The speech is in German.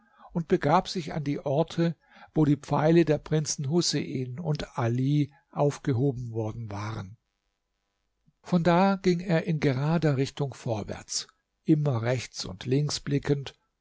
und begab sich an die orte wo die pfeile der prinzen husein und ali aufgehoben worden waren von da ging er in gerader richtung vorwärts immer rechts und links blickend